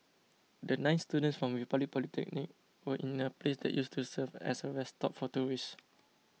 the nine students from Republic Polytechnic were in a place that used to serve as a rest stop for tourists